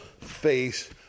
face